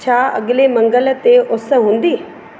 छा अॻिले मंगलु ते उसु हूंदी